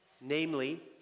namely